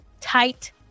tight